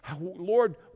Lord